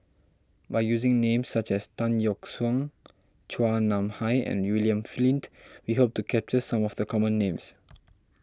by using names such as Tan Yeok Seong Chua Nam Hai and William Flint we hope to capture some of the common names